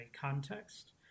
context